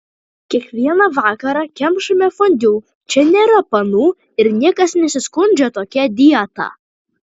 kiekvieną vakarą kemšame fondiu čia nėra panų ir niekas nesiskundžia tokia dieta